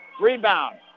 Rebound